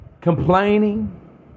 Complaining